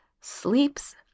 sleeps